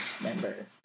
member